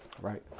right